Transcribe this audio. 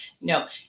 no